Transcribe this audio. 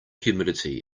humidity